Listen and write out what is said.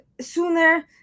sooner